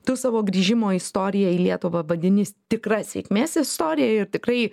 tu savo grįžimo istoriją į lietuvą vadini tikra sėkmės istorija ir tikrai